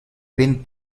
been